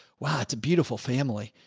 wow, it's a beautiful family.